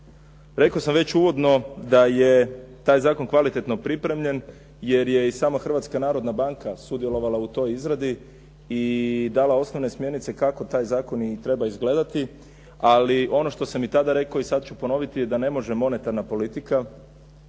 Rekao sam već uvodno da je taj zakon kvalitetno pripremljen jer je i sama Hrvatska narodna banka sudjelovala u toj izradi i dala osnovne smjernice kako taj zakon i treba izgledati. Ali ono što sam i tada rekao i sad ću ponoviti je da ne može monetarna politika